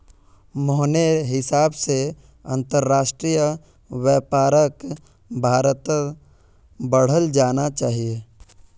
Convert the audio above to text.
मोहनेर हिसाब से अंतरराष्ट्रीय व्यापारक भारत्त बढ़ाल जाना चाहिए